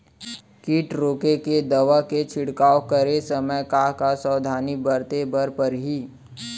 किट रोके के दवा के छिड़काव करे समय, का का सावधानी बरते बर परही?